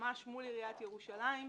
ממש מול עיריית ירושלים.